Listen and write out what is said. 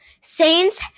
Saints